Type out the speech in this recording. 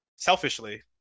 Selfishly